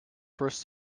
first